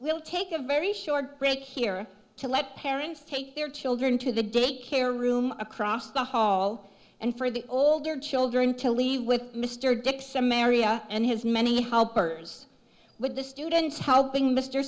we'll take a very short break here to let parents take their children to the daycare room across the hall and for the older children to leave with mr dixon mariya and his many helpers with the students helping mr